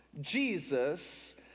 Jesus